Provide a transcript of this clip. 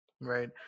Right